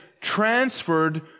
transferred